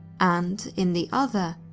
and in the other,